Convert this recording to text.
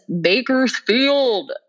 Bakersfield